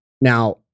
Now